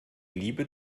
liebe